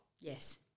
Yes